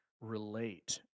relate